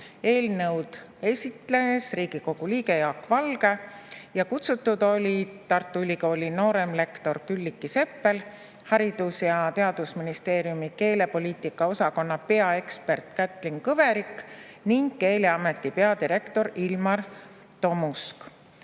Eelnõu esitles Riigikogu liige Jaak Valge ja kutsutud olid Tartu Ülikooli nooremlektor Külliki Seppel, Haridus- ja Teadusministeeriumi keelepoliitika osakonna peaekspert Kätlin Kõverik ning Keeleameti peadirektor Ilmar Tomusk.